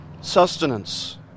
sustenance